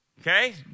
Okay